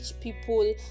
people